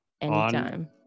Anytime